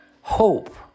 Hope